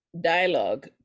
dialogue